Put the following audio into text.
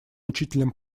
учителем